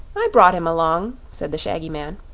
i brought him along, said the shaggy man.